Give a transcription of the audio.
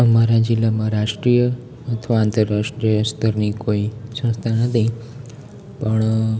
અમારા જીલ્લામાં રાષ્ટ્રીય અથવા આંતરરાષ્ટ્રીય સ્તરની કોઈ સંસ્થા નથી પણ